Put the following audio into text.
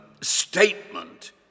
statement